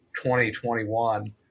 2021